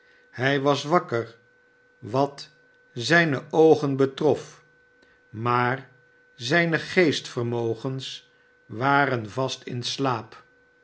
hij was wakker wat zijne oogen betrof maar zijne geestvermogens waren vast in slaap